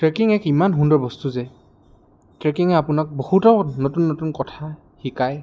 trekking এক ইমান সুন্দৰ বস্তু যে ট্ৰেকিঙে আপোনাক বহুতো নতুন নতুন কথা শিকায়